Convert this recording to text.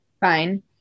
Fine